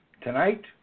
Tonight